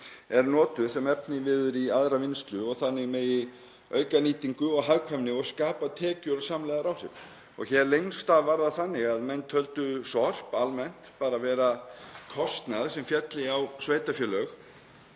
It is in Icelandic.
er notað sem efniviður í aðra vinnslu og þannig megi auka nýtingu og hagkvæmni og skapa tekjur og samlegðaráhrif. Hér lengst af var það þannig að menn töldu sorp almennt bara vera kostnað sem félli á sveitarfélög.